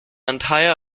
entire